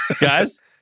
Guys